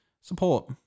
support